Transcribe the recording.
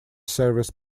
service